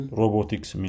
robotics